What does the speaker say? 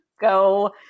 go